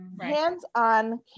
hands-on